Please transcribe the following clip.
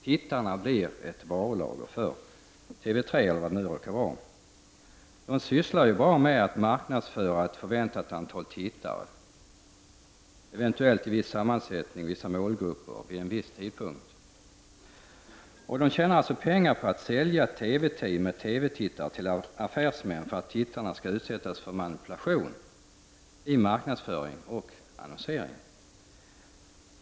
Tittarna blir ett varulager för TV3 eller vad det nu kan vara. Reklam-TV-bolagen sysslar ju bara med att tillhandahålla ett förväntat antal tittare, eventuellt grupper med viss sammansättning, vissa målgrupper, vid en viss tidpunkt. De tjänar alltså pengar på att sälja TV-tittare till affärsmän, för att tittarna skall utsättas för manipulation i marknadsföring och annonsering.